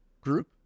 group